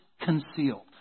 concealed